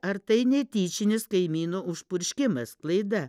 ar tai netyčinis kaimyno užpurškimas klaida